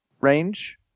range